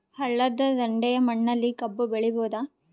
ಹಳ್ಳದ ದಂಡೆಯ ಮಣ್ಣಲ್ಲಿ ಕಬ್ಬು ಬೆಳಿಬೋದ?